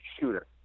shooter